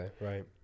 right